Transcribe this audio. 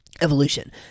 evolution